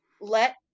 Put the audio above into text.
let